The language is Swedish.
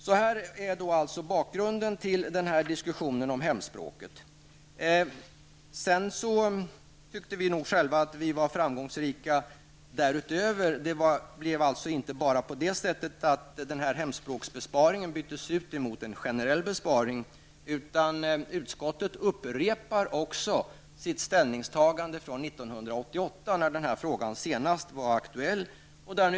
Sådan är då bakgrunden till den här diskussionen om hemspråket. Sedan tyckte vi nog själva att vi var framgångsrika därutöver. Det blev alltså inte bara på det sättet att hemspråksbesparingen byttes ut mot en generell besparing, utan utskottet upprepar också sitt ställningstagande från 1988, när den här frågan senast var aktuell.